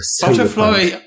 butterfly